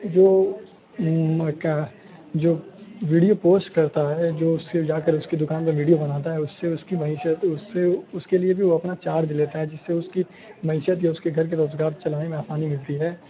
جو جو video post کرتا ہے جو اس سے جا کر اس کی دکان پہ ویڈیو بناتا ہے اس سے اس کی معیشت اس سے اس کے لیے بھی وہ اپنا چارج لیتا ہے جس سے اس کی معیشت یا اس کے گھر کے روزگار چلانے میں آسانی ملتی ہے